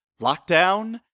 Lockdown